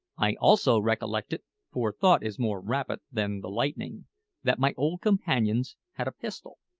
i also recollected for thought is more rapid than the lightning that my old companions had a pistol.